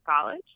college